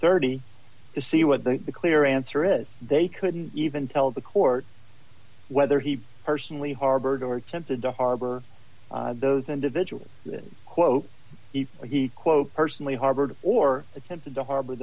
thirty to see what the clear answer is they couldn't even tell the court whether he personally harbored or attempted to harbor those individuals quote he quote personally harvard or attempted to harbor